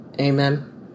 Amen